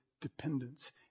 dependence